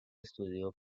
estudió